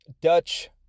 Dutch